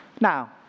Now